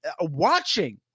watching